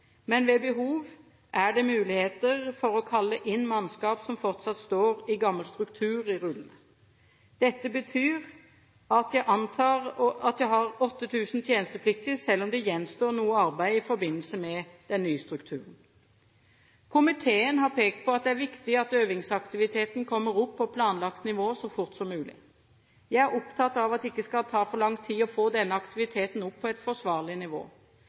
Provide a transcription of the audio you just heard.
men ved behov er det muligheter for å kalle inn mannskap som fortsatt står i gammel struktur i rullene. Dette betyr at jeg har 8 000 tjenestepliktige, selv om det gjenstår noe arbeid i forbindelse med den nye strukturen. Komiteen har pekt på at det er viktig at øvingsaktiviteten kommer opp på planlagt nivå så fort som mulig. Jeg er opptatt av at det ikke skal ta for lang tid å få denne aktiviteten opp på et forsvarlig nivå.